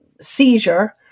seizure